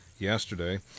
yesterday